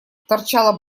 торчало